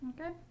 Okay